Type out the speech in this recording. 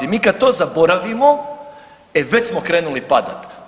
Mi kada to zaboravimo e već smo krenuli padati.